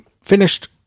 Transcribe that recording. finished